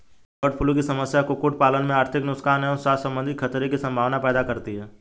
bird flu की समस्या कुक्कुट पालन में आर्थिक नुकसान एवं स्वास्थ्य सम्बन्धी खतरे की सम्भावना पैदा करती है